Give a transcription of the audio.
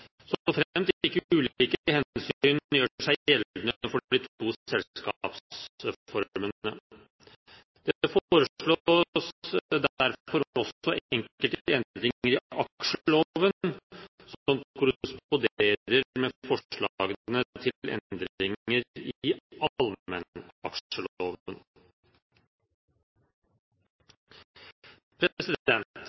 så fremt ikke ulike hensyn gjør seg gjeldende for de to selskapsformene. Det foreslås derfor også enkelte endringer i aksjeloven som korresponderer med forslagene til endringer i allmennaksjeloven.